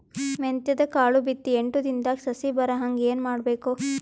ಮೆಂತ್ಯದ ಕಾಳು ಬಿತ್ತಿ ಎಂಟು ದಿನದಾಗ ಸಸಿ ಬರಹಂಗ ಏನ ಮಾಡಬೇಕು?